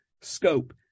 scope